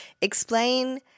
explain